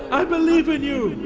i believe in you.